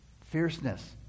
fierceness